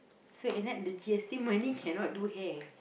so at night the G_S_T money cannot do hair